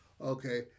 Okay